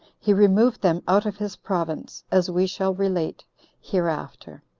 he removed them out of his province, as we shall relate hereafter.